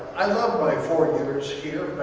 i loved my four years here,